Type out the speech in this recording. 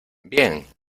bien